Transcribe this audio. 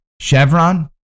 Chevron